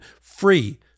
free